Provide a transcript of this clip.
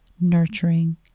nurturing